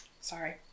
Sorry